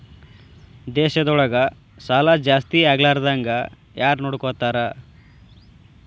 ದೇಶದೊಳಗ ಸಾಲಾ ಜಾಸ್ತಿಯಾಗ್ಲಾರ್ದಂಗ್ ಯಾರ್ನೊಡ್ಕೊತಾರ?